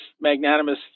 magnanimous